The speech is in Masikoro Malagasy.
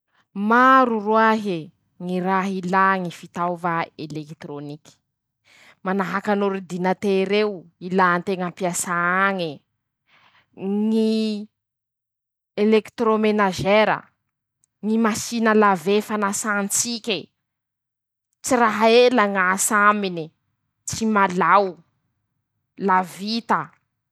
Maro roahye, ñy raha ilà ñy fitaova elekitorôniky, manahakan'ôridinater'eo, ilànteña ampiasà añe, ñy, elekitorômenazera, ñy masina lavé fanasàn-tsike, tsa raha ela ñ'asa amine, tsy malao, la vita.